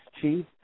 chief